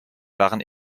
waren